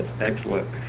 Excellent